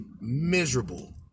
miserable